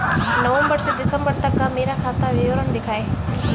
नवंबर से दिसंबर तक का मेरा खाता विवरण दिखाएं?